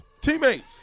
Teammates